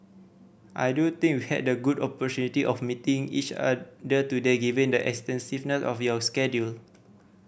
I do think we had the good opportunity of meeting each other today given the extensiveness of your schedule